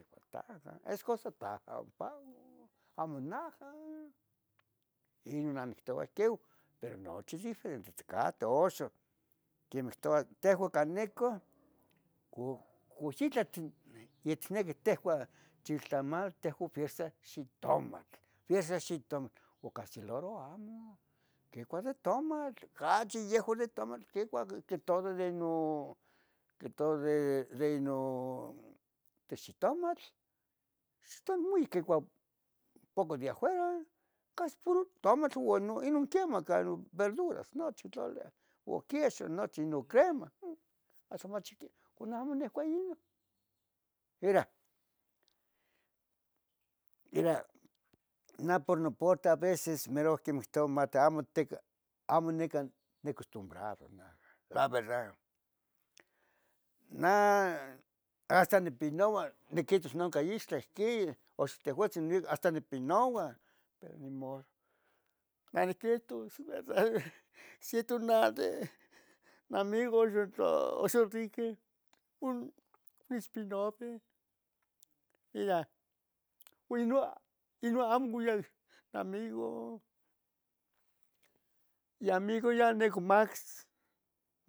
xicua tah, es cosa taah ompa on amo naah, inon namituah teoh, pero nochi diferente itcateh. Oxon quemeh quihtouah axan can necoh cu cuyitlatl yitniqui tehua chiltlama, tehuan fiexah xitomatl, fiexsah xitomatl. Ocachi loro amo, quicua de tomatl, cachi yehua de tomatl quicua que todo de non, que todo de non de xitomatl. Ix muy poco quicua poco de ajuera, casi puro de tomatl uan inon quemah canon verduras nochi tlalia o queso nochi no crema mm, axan mach ihquin con neh amo nicua inon ira, ira neh por no porte aveces mero mehtoua mati amo tica amo nicah nicostumbrado, naah la verdad. Nah hasta nipinaoua niquihtos noncan ixtlan ihquin ox tehuatzin, hasta nipinaoua pero nimodo. Maniquihtos verdad se tunali namigo nixpinavi ia, ino, ino amo ueac amigo. Iamigo ya nicomax,